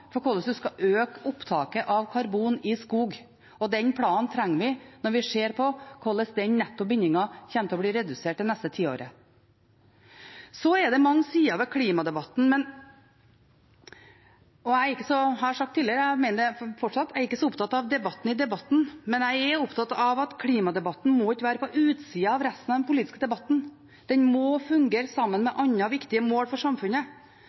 for hvordan en skal øke opptaket av karbon i skog, og den planen trenger vi når vi ser på hvordan den netto bindingen kommer til å bli redusert det neste tiåret. Så er det mange sider ved klimadebatten. Jeg har sagt det tidligere, og jeg mener det fortsatt; jeg er ikke så opptatt av debatten i debatten, men jeg er opptatt av at klimadebatten ikke må være på utsiden av resten av den politiske debatten. Den må fungere sammen med andre viktige mål for samfunnet.